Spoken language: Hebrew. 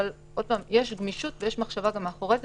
אבל יש גמישות ויש מחשבה מאחורי זה.